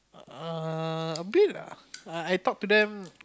err a bit lah I I talk them